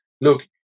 look